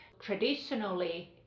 Traditionally